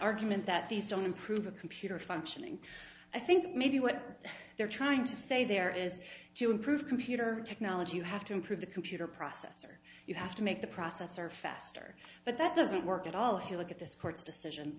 argument that these don't improve a computer functioning i think maybe what they're trying to say there is to improve peter technology you have to improve the computer processor you have to make the processor faster but that doesn't work at all if you look at this court's decision